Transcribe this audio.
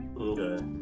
Okay